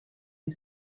des